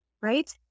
right